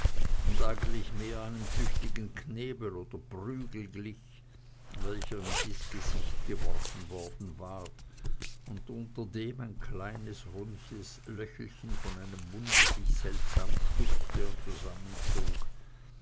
oder eigentlich mehr einem tüchtigen knebel oder prügel glich welcher in dies gesicht geworfen worden war und unter dem ein kleines rundes löchelchen von einem munde sich seltsam stutzte und